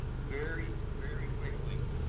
very very quickly,